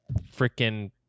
freaking